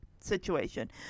situation